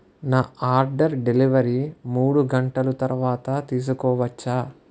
నా order delivery మూడు గంటలు తరువాత తీసుకోవచ్చా